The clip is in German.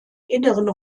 inneren